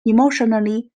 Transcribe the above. emotionally